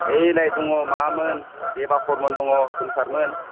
आइ लाइ दं माबामोन देबफोरमोन दङ गोमसार मोन